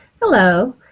Hello